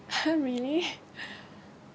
ha really